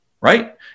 Right